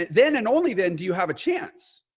then, and only then do you have a chance?